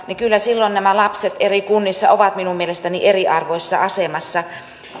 niin kyllä silloin nämä lapset eri kunnissa ovat minun mielestäni eriarvoisessa asemassa